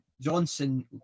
Johnson